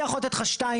אני יכול לתת לך שתיים.